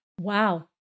Wow